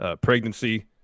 pregnancy